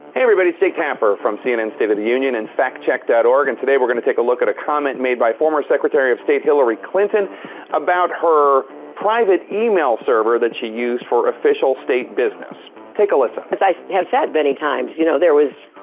everybody. it's jake tapper from cnn state of the union and factcheck. org, and today we're going to take a look at a comment made by former secretary of state hilary clinton about her private email server that she used for official state business. take a listen. as i have said many times, you know there was.